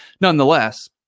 nonetheless